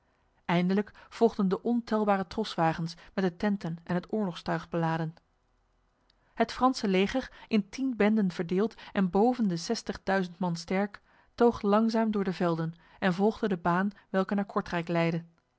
eindelijk volgden de ontelbare troswagens met de tenten en het oorlogstuig beladen het frans leger in tien benden verdeeld en boven de zestigduizend man sterk toog langzaam door de velden en volgde de baan welke naar kortrijk leidde